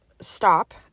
stop